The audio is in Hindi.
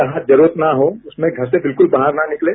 जहां जरूरत न हो उसमें घर से बिल्कुल बाहर न निकलें